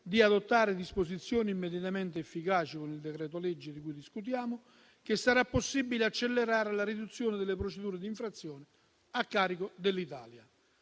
di adottare disposizioni immediatamente efficaci con il decreto-legge di cui discutiamo che sarà possibile accelerare la riduzione delle procedure di infrazione a carico dell'Italia.